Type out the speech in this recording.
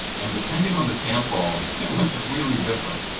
and depending on the sample, it was really different.